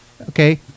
Okay